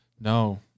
No